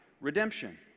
redemption